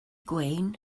gwên